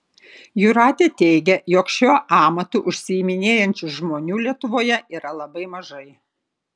jūratė teigia jog šiuo amatu užsiiminėjančių žmonių lietuvoje yra labai mažai